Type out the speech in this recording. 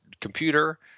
computer